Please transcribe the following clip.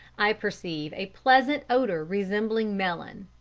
i perceive a pleasant odour resembling melon.